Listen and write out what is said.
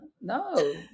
no